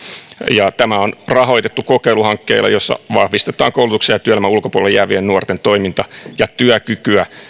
ja tämä on rahoitettu kokeiluhankkeella jossa vahvistetaan koulutuksen ja työelämän ulkopuolelle jäävien nuorten toiminta ja työkykyä